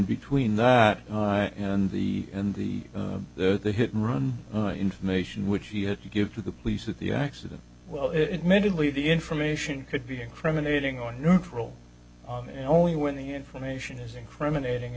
between that and the and the the hit and run information which he had to give to the police at the accident well it minutely the information could be incriminating or neutral and only when the information is incriminating